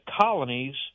colonies